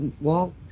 Walt